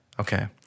Okay